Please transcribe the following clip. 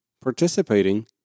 participating